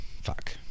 fuck